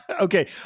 Okay